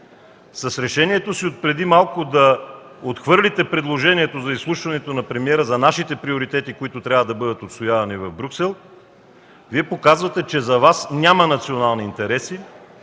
С решението си от преди малко да отхвърлите предложението за изслушването на премиера за нашите приоритети, които трябва да бъдат отстоявани в Брюксел, Вие показвате, че за Вас няма национални интереси,